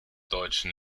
deutschen